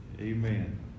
amen